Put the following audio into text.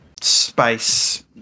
space